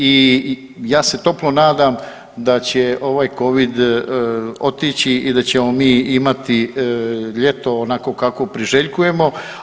I ja se toplo nadam da će ovaj covid otići i da ćemo mi imati ljeto onako kako priželjkujemo.